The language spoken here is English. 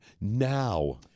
now